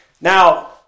Now